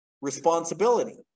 responsibility